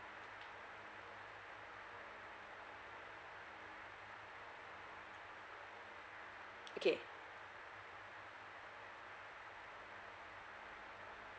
okay